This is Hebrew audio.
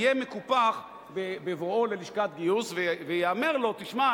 היה מקופח בבואו ללשכה וייאמר לו: תשמע,